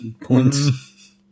Points